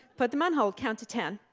put them on hold, count to ten,